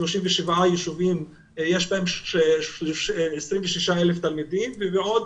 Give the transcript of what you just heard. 37 ישובים שיש בהם 26,000 תלמידים ובעוד